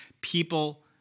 people